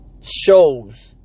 shows